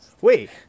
wait